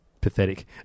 pathetic